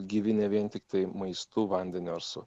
gyvi ne vien tiktai maistu vandeniu ar su